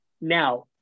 Now